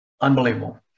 unbelievable